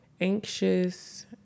anxious